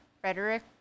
Frederick